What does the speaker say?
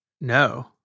no